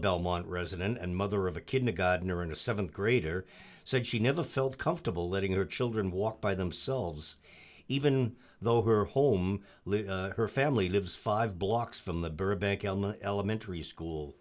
belmont resident and mother of a kidney got in or in a th grader said she never felt comfortable letting her children walk by themselves even though her home her family lives five blocks from the burbank elementary school